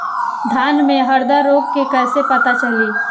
धान में हरदा रोग के कैसे पता चली?